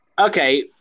okay